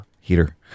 heater